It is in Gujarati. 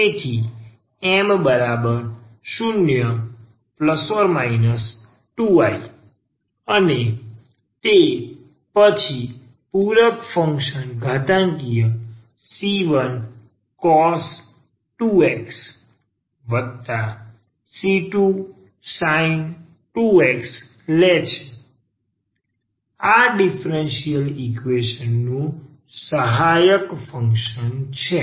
તેથી m0±2i અને તે પછી પૂરક ફંક્શન ઘાતાંકીય c1cos 2xc2sin 2x લે છે આ આ ડીફરન્સીયલ ઈકવેશન નું સહાયક ફંક્શન છે